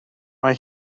mae